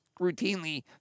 routinely